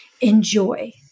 enjoy